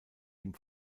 dem